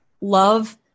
love